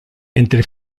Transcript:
entre